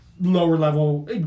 lower-level